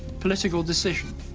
political decision.